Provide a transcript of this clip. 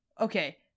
okay